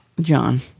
John